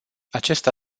acesta